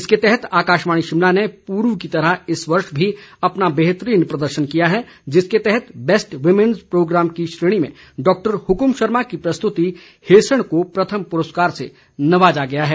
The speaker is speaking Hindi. इसके तहत आकाशवाणी शिमला ने पूर्व की तरह इस वर्ष भी अपना बेहतरीन प्रदर्शन किया है जिसके तहत बेस्ट वुमेन्ज प्रोग्राम की श्रेणी में डाक्टर हुकुम शर्मा की प्रस्तुति हेसण को प्रथम पुरस्कार से नवाजा गया है